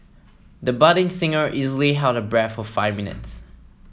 the budding singer easily held her breath for five minutes